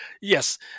Yes